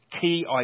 key